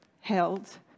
held